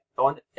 On